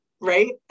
right